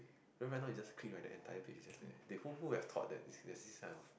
right now its just click right the entire page is just there who who would have thought that that there is this kind of